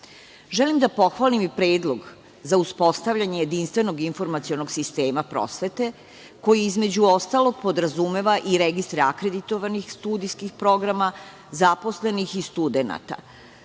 da pohvalim predlog za uspostavljanje jedinstvenog informacionog sistema prosvete, koji između ostalog podrazumeva i registre akreditovanih studijskih programa, zaposlenih i studenata.